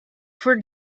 for